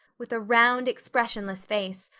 with a round, expressionless face,